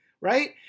right